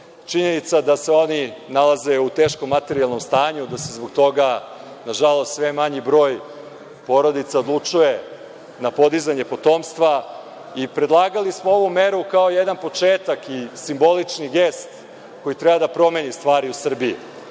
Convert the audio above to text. Činjenica da se oni nalaze u teškom materijalnom stanju, da se zbog toga, nažalost sve manji broj porodica odlučuje na podizanje potomstva. Predlagali smo ovu meru, kao jedan početak i simbolični gest koji treba da promeni stvari u